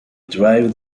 drive